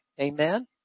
Amen